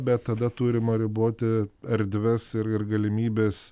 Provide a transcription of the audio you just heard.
bet tada turima riboti erdves ir ir galimybes